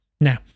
Now